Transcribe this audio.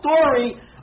story